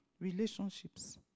Relationships